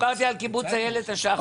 לא, דיברתי על קיבוץ איילת השחר.